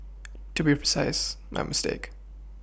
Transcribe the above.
to be precise my mistake